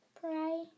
Pray